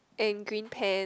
and green pant